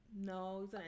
No